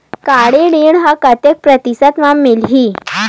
गाड़ी ऋण ह कतेक प्रतिशत म मिलही?